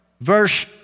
verse